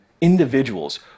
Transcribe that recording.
individuals